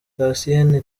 thacien